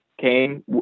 came